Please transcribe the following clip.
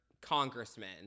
congressman